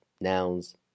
nouns